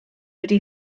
wedi